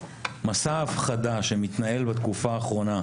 מסע ההפחדה שמתנהל בתקופה האחרונה,